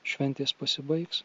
šventės pasibaigs